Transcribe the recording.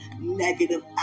negative